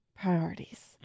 Priorities